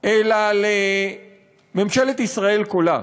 אלא לממשלת ישראל כולה.